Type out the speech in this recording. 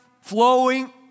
flowing